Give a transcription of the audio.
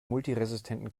multiresistenten